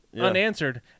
unanswered